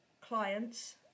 clients